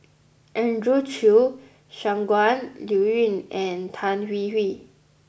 Andrew Chew Shangguan Liuyun and Tan Hwee Hwee